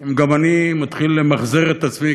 אם גם אני מתחיל למחזר את עצמי,